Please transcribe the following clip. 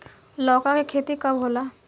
लौका के खेती कब होला?